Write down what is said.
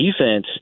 defense